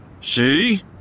See